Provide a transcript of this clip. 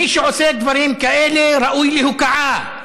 מי שעושה דברים כאלה ראוי להוקעה,